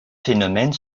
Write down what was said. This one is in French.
phénomène